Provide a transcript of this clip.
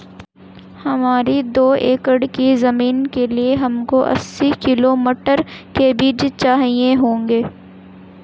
हमारी दो एकड़ की जमीन के लिए हमको अस्सी किलो मटर के बीज चाहिए होंगे